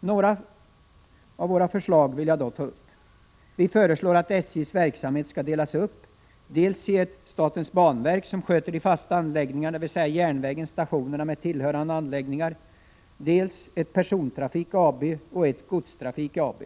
Några av våra förslag vill jag dock ta upp. Vi föreslår att SJ:s verksamhet skall delas upp, dels i ett statens banverk som sköter de fasta anläggningarna, dvs. järnvägen och stationerna med tillhörande anläggningar, dels i ett Persontrafik AB och ett Godstrafik AB.